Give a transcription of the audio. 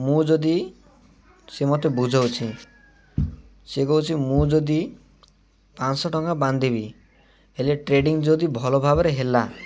ମୁଁ ଯଦି ସେ ମୋତେ ବୁଝାଉଛି ସେ କହୁଛି ମୁଁ ଯଦି ପାଞ୍ଚଶହ ଟଙ୍କା ବାନ୍ଧିବି ହେଲେ ଟ୍ରେଡ଼ିଂ ଯଦି ଭଲ ଭାବରେ ହେଲା